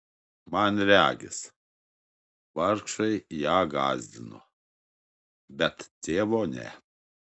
man regis vargšai ją gąsdino bet tėvo ne